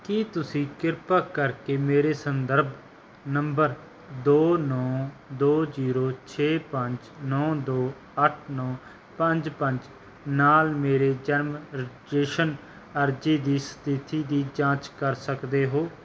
ਕੀ ਤੁਸੀਂ ਕਿਰਪਾ ਕਰਕੇ ਮੇਰੇ ਸੰਦਰਭ ਨੰਬਰ ਦੋ ਨੌਂ ਦੋ ਜ਼ੀਰੋ ਛੇ ਪੰਜ ਨੌਂ ਦੋ ਅੱਠ ਨੌਂ ਪੰਜ ਪੰਜ ਨਾਲ ਮੇਰੇ ਜਨਮ ਰਜੇਸ਼ਨ ਅਰਜ਼ੀ ਦੀ ਸਥਿਤੀ ਦੀ ਜਾਂਚ ਕਰ ਸਕਦੇ ਹੋ